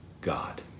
God